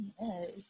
Yes